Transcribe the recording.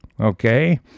okay